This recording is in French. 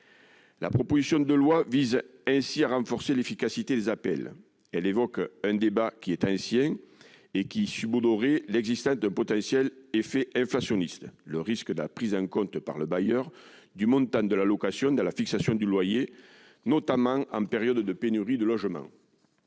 La proposition de loi vise ainsi à renforcer l'efficacité des APL. Elle évoque un débat ancien qui subodorait l'existence d'un potentiel effet inflationniste : le risque de la prise en compte par le bailleur du montant de l'allocation dans la fixation du loyer, notamment en période de pénurie de logements.